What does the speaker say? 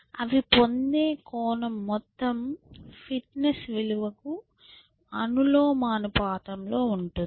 అవి పొందే కోణం మొత్తం ఫిట్నెస్ విలువకు అనులోమానుపాతంలో ఉంటుంది